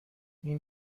این